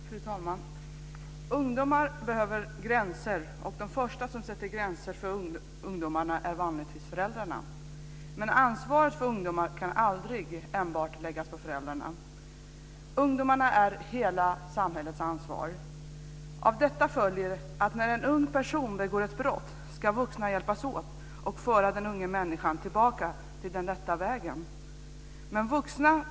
Fru talman! Ungdomar behöver gränser. De första som sätter gränser för ungdomarna är vanligtvis föräldrarna. Men ansvaret för ungdomar kan aldrig enbart läggas på föräldrarna. Ungdomarna är hela samhällets ansvar. Av detta följer att när en ung person begår ett brott ska vuxna hjälpas åt att föra den unga människan tillbaka till den rätta vägen.